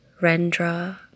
Rendra